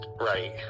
Right